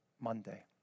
Monday